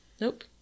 Nope